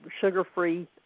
sugar-free